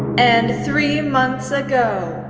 and three months ago.